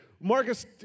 Marcus